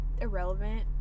irrelevant